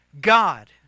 God